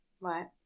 Right